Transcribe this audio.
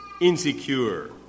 insecure